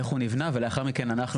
איך הוא נבנה ולאחר מכן אנחנו,